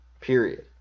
Period